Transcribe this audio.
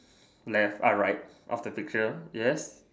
left ah right of the picture yes